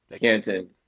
Canton